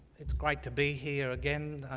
it's great to be here again.